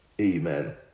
Amen